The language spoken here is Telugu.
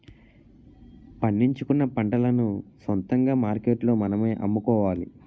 పండించుకున్న పంటలను సొంతంగా మార్కెట్లో మనమే అమ్ముకోవాలి